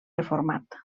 reformat